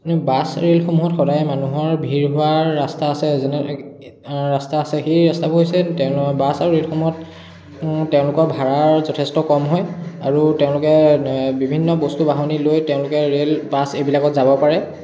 bus ৰে'লসমূহত সদাই মানুহৰ ভিৰ হোৱা ৰাস্তা আছে যেনে ৰাস্তা আছে সেই ৰাস্তাবোৰ হৈছে বাছ আৰু ৰে'লসমূহত তেওঁলোকৰ ভাড়াৰ যথেষ্ট কম হয় আৰু তেওঁলোকে বিভিন্ন বস্তু বাহনি লৈ তেওঁলোকে ৰে'ল বাছ এইবিলাকত যাব পাৰে